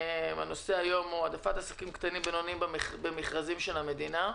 הנושא שעל סדר-היום הוא העדפת עסקים קטנים ובינוניים במכרזים של המדינה.